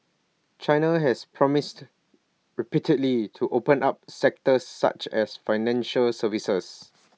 China has promised repeatedly to open up sectors such as financial services